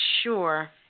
sure